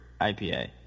IPA